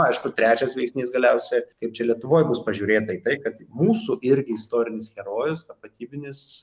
aišku ir trečias veiksnys galiausia kaip čia lietuvoj bus pažiūrėta į tai kad mūsų irgi istorinis herojus tapatybinis